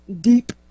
deep